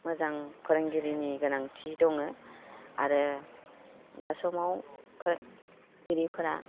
मोजां फोरोंगिरिनि गोनांथि दङ आरो दा समाव फोरोंगिरिफोरा